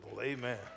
Amen